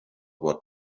what